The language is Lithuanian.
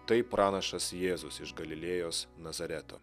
tai pranašas jėzus iš galilėjos nazareto